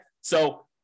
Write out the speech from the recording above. So-